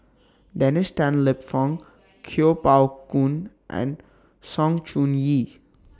Dennis Tan Lip Fong Kuo Pao Kun and Sng Choon Yee